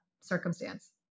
circumstance